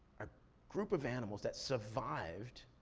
a group of animals that survived